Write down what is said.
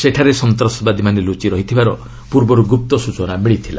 ସେଠାରେ ସନ୍ତାସବାଦୀମାନେ ଲୁଚି ରହିଥିବାର ଗୁପ୍ତ ସୂଚନା ମିଳିଥିଲା